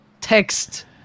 text